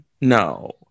No